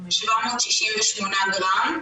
במשקל 768 גרם.